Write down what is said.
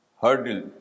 hurdle